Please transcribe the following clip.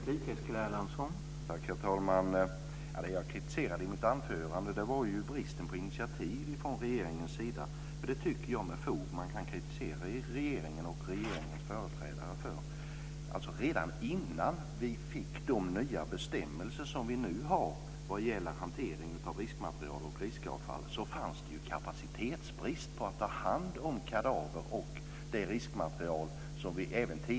Herr talman! Det jag kritiserade i mitt anförande var bristen på initiativ från regeringens sida. Jag tycker att man med fog kan kritisera regeringen och dess företrädare för det. Redan innan vi fick de nya bestämmelser vi nu har för hanteringen av riskmaterial och riskavfall rådde det en brist på kapacitet för att ta hand om kadaver och riskmaterial.